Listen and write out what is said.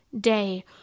day